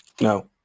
No